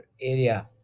area